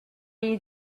you